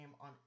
on